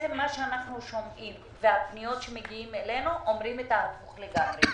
מה שאנחנו שומעים והפניות שמגיעות אלינו אומרות את ההפוך לגמרי.